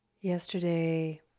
Yesterday